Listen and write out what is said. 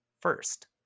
first